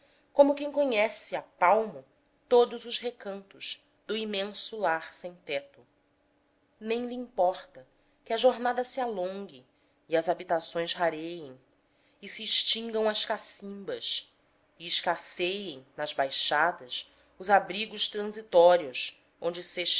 como quem conhece a palmo todos os recantos do imenso lar sem teto nem lhe importa que a jornada se alongue e as habitações rareiem e se extingam as cacimbas e escasseiem nas baixadas os abrigos transitórios onde